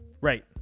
Right